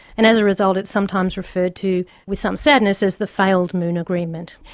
and as a result it's sometimes referred to with some sadness as the failed moon agreement.